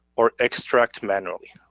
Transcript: or extract manually.